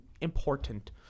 important